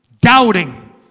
doubting